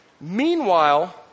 Meanwhile